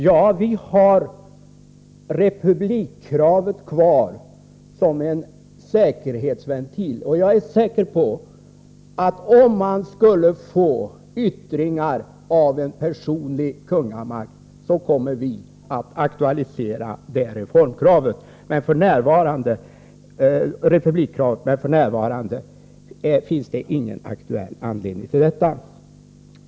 Ja, vi har det kravet kvar som en säkerhetsventil. Och jag är säker på att om man skulle få yttringar av en personlig kungamakt kommer vi att aktualisera republikkravet. Men f.n. finns det ingen anledning till detta.